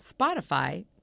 Spotify